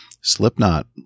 Slipknot